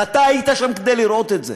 ואתה היית שם כדי לראות את זה: